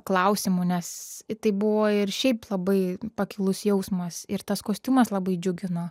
klausimų nes tai buvo ir šiaip labai pakilus jausmas ir tas kostiumas labai džiugino